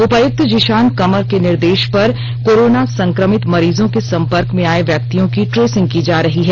उपायुक्त जिशान कमर के निर्देश पर कोरोना संक्रमित मरीजों के संपर्क में आये व्यक्तियों की ट्रेसिंग की जा रही है